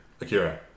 Akira